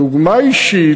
דוגמה אישית.